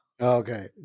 Okay